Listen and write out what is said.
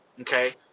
okay